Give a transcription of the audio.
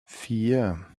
vier